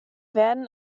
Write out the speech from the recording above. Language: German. werden